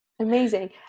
Amazing